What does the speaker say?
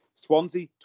Swansea